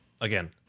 again